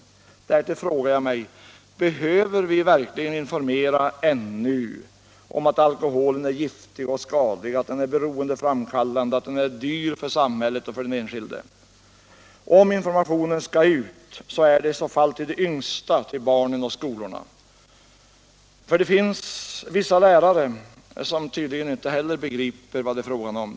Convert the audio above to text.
Men därtill frågar jag mig om vi verkligen ännu behöver informera om att alkoholen är giftig och skadlig, att den är beroendeframkallande, att den är dyr för samhället och för den enskilde. Om informationen skall ut är det i så fall till de yngsta, till barnen och skolorna. Det finns vissa lärare som tydligen inte heller begripit vad det är fråga om.